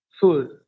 food